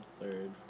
third